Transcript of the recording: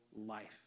life